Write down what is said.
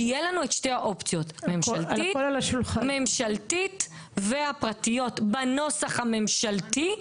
שיהיו לנו את שתי האופציות: הממשלתית והפרטיות בנוסח הממשלתי,